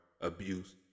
abuse